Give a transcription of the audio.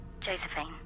Josephine